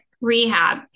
rehab